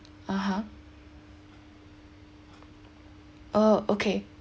(uh huh) oh okay